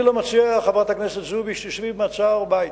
אני לא מציע, חברת הכנסת זועבי, שתשבי במעצר-בית,